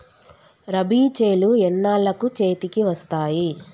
రబీ చేలు ఎన్నాళ్ళకు చేతికి వస్తాయి?